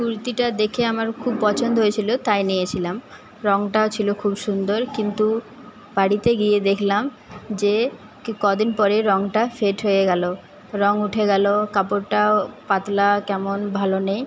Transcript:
কুর্তিটা দেখে আমার খুব পছন্দ হয়েছিল তাই নিয়েছিলাম রঙটাও ছিল খুব সুন্দর কিন্তু বাড়িতে গিয়ে দেখলাম যে কদিন পরেই রঙটা ফেড হয়ে গেল রঙ উঠে গেল কাপড়টাও পাতলা কেমন ভালো নেই